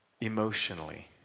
Emotionally